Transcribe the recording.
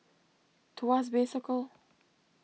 Tuas Bay Circle